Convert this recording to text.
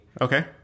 Okay